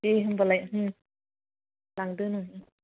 दे होमबालाय लांदो